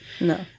No